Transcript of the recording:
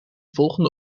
volgende